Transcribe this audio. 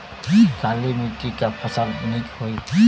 काली मिट्टी क फसल नीक होई?